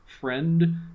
friend